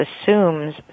assumes